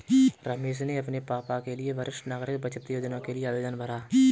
रमेश ने अपने पापा के लिए वरिष्ठ नागरिक बचत योजना के लिए आवेदन भरा